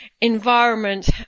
environment